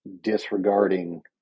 disregarding